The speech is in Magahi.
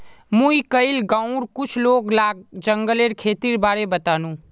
मुई कइल गांउर कुछ लोग लाक जंगलेर खेतीर बारे बतानु